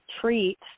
treat